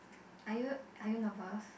are you are you nervous